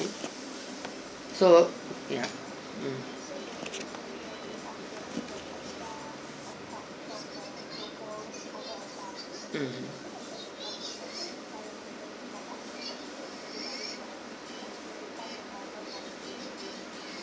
so ya mm mm